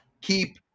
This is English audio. keep